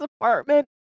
apartment